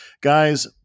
Guys